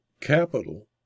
Capital